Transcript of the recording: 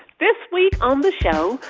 this week on the show,